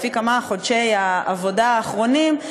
לפי כמה חודשי העבודה האחרונים,